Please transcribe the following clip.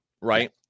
right